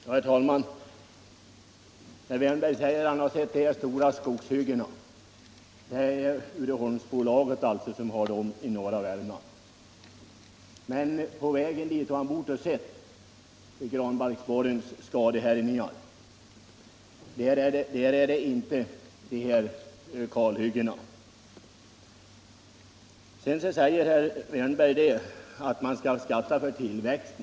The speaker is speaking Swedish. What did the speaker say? Herr talman! Herr Wärnberg säger att han har sett de stora kalhyggena i Värmland. Det är Uddeholmsbolaget som har utfört dem i norra Värmland. Men på vägen dit borde han ha sett granbarksborrens härjningar. Där är det inte fråga om kalhyggen. Vidare framhåller herr Wärnberg att man skall skatta för tillväxten.